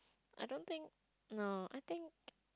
I don't think no I think